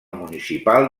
municipal